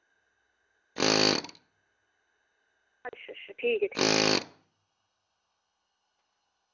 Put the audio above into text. ठी ऐ ठीक ऐ